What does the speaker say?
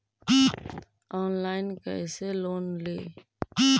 Online कैसे loan ली?